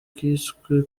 kiswe